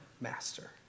master